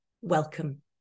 Welcome